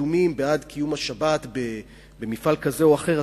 אדומים בעד קיום השבת במפעל כזה או אחר,